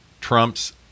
Trump's